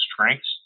strengths